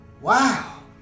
Wow